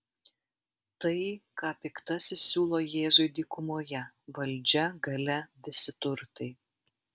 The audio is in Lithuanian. tai ką piktasis siūlo jėzui dykumoje valdžia galia visi turtai